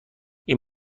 این